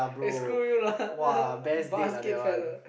eh screw you lah basket fella